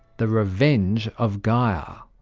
the revenge of gaia.